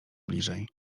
bliżej